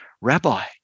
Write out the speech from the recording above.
Rabbi